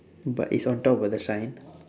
but is on top of the shine